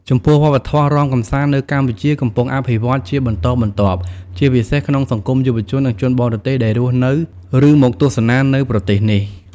ចំពោះវប្បធម៌រាំកម្សាន្តនៅកម្ពុជាកំពុងអភិវឌ្ឍន៍ជាបន្តបន្ទាប់ ជាពិសេសក្នុងសង្គមយុវជននិងជនបរទេសដែលរស់នៅ ឬមកទស្សនានៅប្រទេសនេះ។